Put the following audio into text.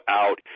out